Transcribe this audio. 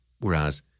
whereas